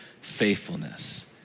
faithfulness